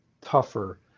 tougher